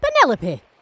Penelope